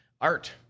art